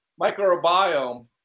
microbiome